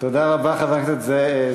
תודה רבה, חבר הכנסת זאב.